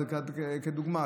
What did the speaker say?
לדוגמה,